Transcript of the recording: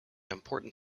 important